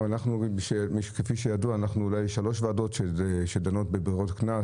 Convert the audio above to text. כפי שידוע, אנחנו שלוש ועדות שדנות בברירות קנס.